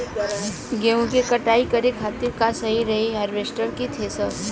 गेहूँ के कटाई करे खातिर का सही रही हार्वेस्टर की थ्रेशर?